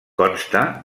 consta